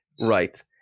right